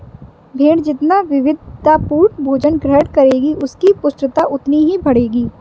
भेंड़ जितना विविधतापूर्ण भोजन ग्रहण करेगी, उसकी पुष्टता उतनी ही बढ़ेगी